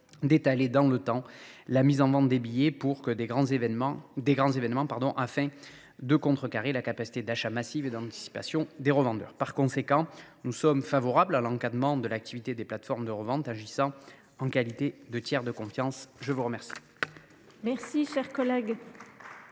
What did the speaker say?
d’étaler dans le temps la mise en vente des billets pour de grands événements afin de contrecarrer la capacité d’achat massive ou d’anticipation des revendeurs. Par conséquent, nous sommes favorables à l’encadrement de l’activité des plateformes de revente agissant en qualité de tiers de confiance. La parole